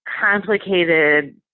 complicated